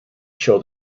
show